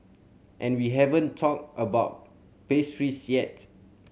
and we haven't talked about pastries yet